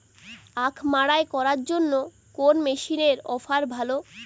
আখ মাড়াই করার জন্য কোন মেশিনের অফার ভালো?